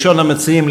ראשון המציעים,